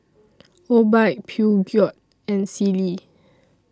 Obike Peugeot and Sealy